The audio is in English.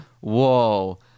Whoa